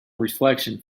reflection